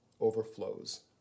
overflows